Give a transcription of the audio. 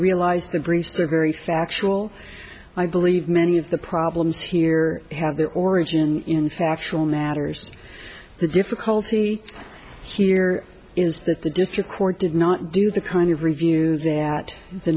realize the briefs are very factual i believe many of the problems here have their origin in factual matters the difficulty here is that the district court did not do the kind of review that the